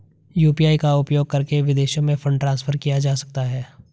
UPI का उपयोग करके विदेशों में फंड ट्रांसफर किया जा सकता है?